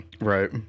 Right